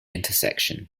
intersection